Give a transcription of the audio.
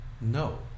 No